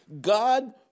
God